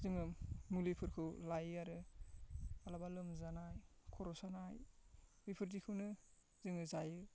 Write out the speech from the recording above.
जोङो मुलिफोरखौ लायो आरो माब्लाबा लोमजानाय खर' सानाय बेफोर बायदिखौनो जोङो जायो